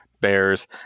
bears